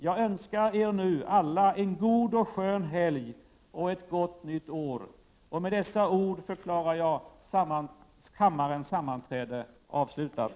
Jag önskar er nu alla en god och skön helg och ett gott nytt år. Med dessa ord förklarar jag kammarens sammanträde avslutat.